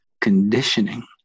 conditioning